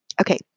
Okay